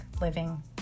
Living